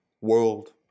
world